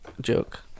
joke